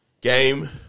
game